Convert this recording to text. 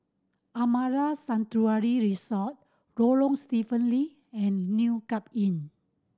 Amara Sanctuary Resort Lorong Stephen Lee and New Cape Inn